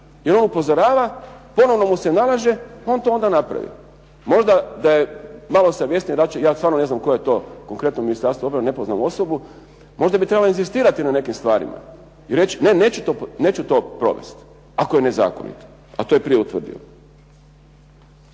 jer on upozorava, ponovno mu se nalaže, on to onda napravi. Možda da je malo savjesnije, ja stvarno ne znam tko je tko konkretno ministarstvo, ne poznam osobu. Možda bi trebalo inzistirati na nekim stvarima i reći, ne neću to provesti ako je nezakonito a to je prije utvrdio.